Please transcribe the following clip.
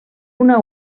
una